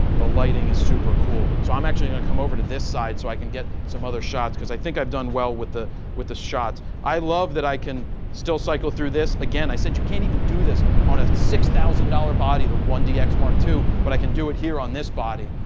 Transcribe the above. the lighting is super cool. so, i'm actually going to come over to this side, so i can get some other shots, because i think i've done well with the with the shots. i love that i can still cycle through this again. i said you can't even do this on a six thousand dollars body, the one dx mark ii, but i can do it here on this body.